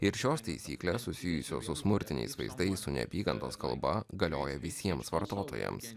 ir šios taisyklės susijusios su smurtiniais vaizdais su neapykantos kalba galioja visiems vartotojams